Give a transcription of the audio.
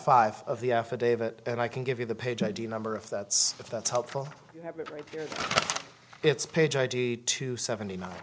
five of the affidavit and i can give you the page idea number if that's if that's helpful it's page id two seventy nine